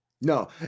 No